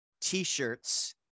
T-shirts